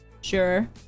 Sure